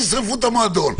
תשרפו את המועדון.